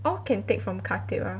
all can take from khatib ah